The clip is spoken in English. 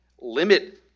Limit